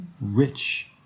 rich